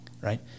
right